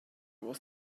was